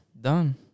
Done